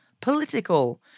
political